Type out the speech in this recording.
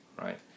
right